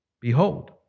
Behold